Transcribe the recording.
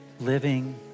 Living